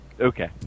Okay